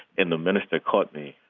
and the minister caught me.